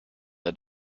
the